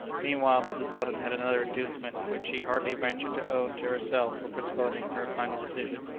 meanwhile mrs. weldon had another inducement which she hardly ventured to own to herself for postponing her final decision.